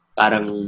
parang